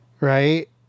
right